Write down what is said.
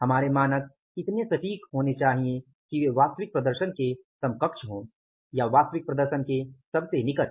हमारे मानक इतने सटीक होने चाहिए कि वे वास्तविक प्रदर्शन के समकक्ष हो या वास्तविक प्रदर्शन के सबसे निकट